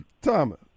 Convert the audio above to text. thomas